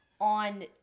on